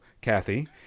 Kathy